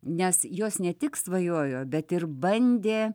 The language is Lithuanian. nes jos ne tik svajojo bet ir bandė